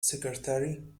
secretary